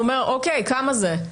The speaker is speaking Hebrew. הוא אמר כמה זה?